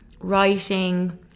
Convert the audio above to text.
writing